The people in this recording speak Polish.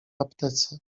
aptece